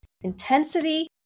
intensity